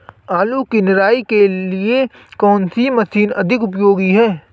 आलू की निराई के लिए कौन सी मशीन अधिक उपयोगी है?